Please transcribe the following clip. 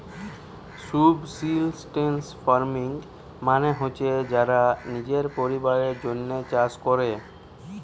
subsistence farming মানে হচ্ছে যারা নিজের পরিবারের জন্যে চাষ কোরে